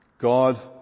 God